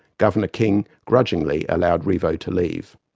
governor king grudgingly allowed riveau to leave.